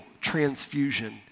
transfusion